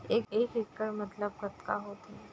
एक इक्कड़ मतलब कतका होथे?